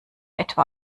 etwa